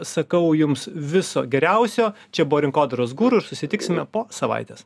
sakau jums viso geriausio čia buvo rinkodaros guru susitiksime po savaitės